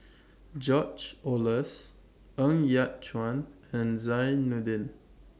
George Oehlers Ng Yat Chuan and Zainudin